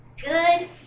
good